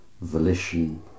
volition